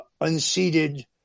unseated